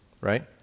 right